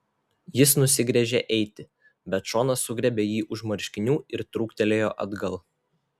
jis nusigręžė eiti bet šona sugriebė jį už marškinių ir trūktelėjo atgal